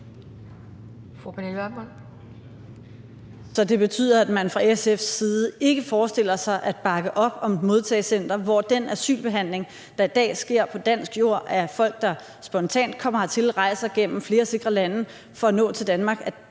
Så det betyder, at man fra SF's side ikke forestiller sig at bakke op om et modtagecenter med den asylbehandling, der i dag sker på dansk jord af folk, der spontant kommer hertil og rejser gennem sikre lande for at nå til Danmark.